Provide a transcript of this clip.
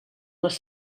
les